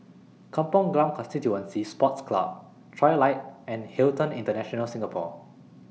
Kampong Glam Constituency Sports Club Trilight and Hilton International Singapore